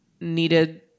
needed